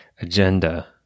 agenda